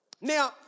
Now